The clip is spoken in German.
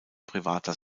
privater